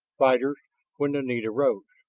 fighters when the need arose.